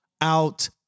out